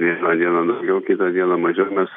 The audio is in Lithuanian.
vieną dieną daugiau kitą dieną mažiau mes